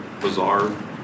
bizarre